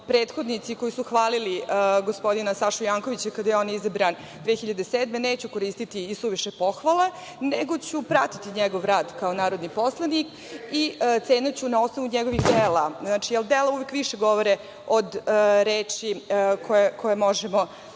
prethodnici, koji su hvalili gospodina Sašu Jankovića kada je on izabran 2007. godine, koristiti suviše pohvala, nego ću pratiti njegov rad kao narodni poslanik i ceniću na osnovu njegov dela, jer dela uvek više govore od reči koja možemo